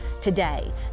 today